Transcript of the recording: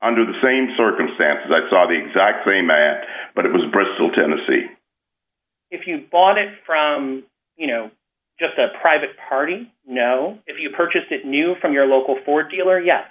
under the same circumstances i saw the exact same math but it was bristol tennessee if you bought it from you know just a private party you know if you purchased it new from your local ford dealer ye